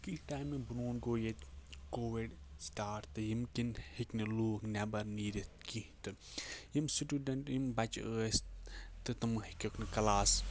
کینٛہہ ٹایمہٕ برٛونٛٹھ گوٚو ییٚتہِ کووِڈ سٹاٹ تہٕ ییٚمۍ کِنۍ ہیٚکۍ نہٕ لوٗکھ نیٚبَر نیٖرِتھ کینٛہہ تہٕ یِم سٹوٗڈَنٛٹ یِم بَچہِ ٲسۍ تہٕ تِم ہیٚکِکھ نہٕ کَلاس